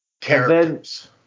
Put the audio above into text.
characters